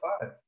five